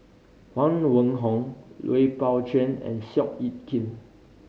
Huang Wenhong Lui Pao Chuen and Seow Yit Kin